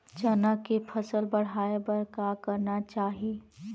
चना के फसल बढ़ाय बर का करना चाही?